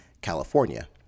California